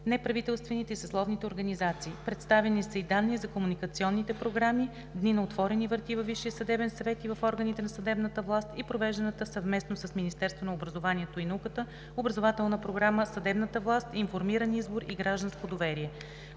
неправителствените и съсловните организации. Представени са и данни за комуникационните програми – Дни на отворени врати във Висшия съдебен съвет и в органите на съдебната власт, и провежданата съвместно с Министерството на образованието и науката Образователна програма „Съдебната власт – информиран избор и гражданско доверие.